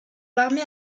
l’armée